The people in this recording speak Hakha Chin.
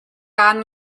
kaan